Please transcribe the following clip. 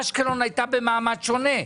אשקלון הייתה במעמד שונה.